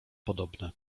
podobne